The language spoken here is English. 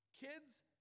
Kids